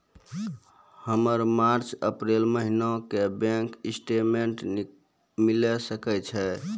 हमर March April महीना के बैंक स्टेटमेंट मिले सकय छै?